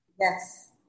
Yes